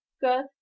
good